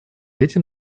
этим